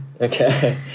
okay